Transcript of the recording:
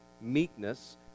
meekness